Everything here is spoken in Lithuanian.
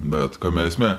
bet kame esme